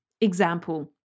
example